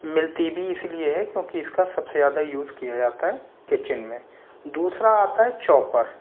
मिलती भी इसलिए है क्योंकि इसका सबसे ज़्यादा यूज किया जाता है किचन में दूसरा आता है चॉपर